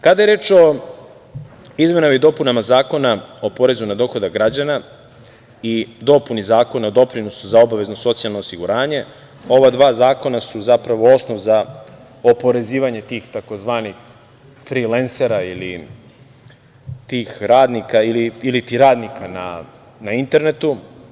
Kada je reč o izmenama i dopunama Zakon o porezu na dohodak građana i dopunu Zakona o doprinosu za obavezno socijalno osiguranje, ova dva zakona su zapravo osnov za oporezivanje tih tzv. frilensera ili tih radnika ili radnika na internetu.